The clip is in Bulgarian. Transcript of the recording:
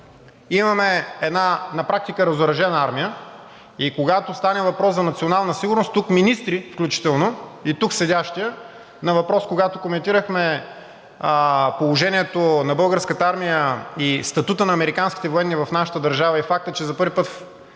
имаме една на практика разоръжена армия, и когато стане въпрос за национална сигурност, тук министри, включително и тук седящият, на въпрос, когато коментирахме положението на Българската армия и статута на американските военни в нашата държава, и факта, че за първи път